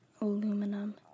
Aluminum